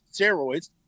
steroids